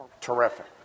Terrific